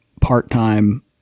part-time